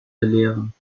belehren